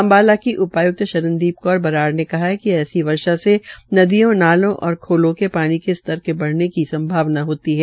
अम्बाला की उपाय्क्त शरणदीप कौर बराड़ ने कहा है कि ऐसी वर्षा से नदियो नालों और खालों के पानी के स्तर बढ़ने की संभावना रहती है